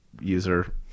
user